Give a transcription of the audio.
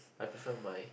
I prefer my